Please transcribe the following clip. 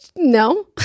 No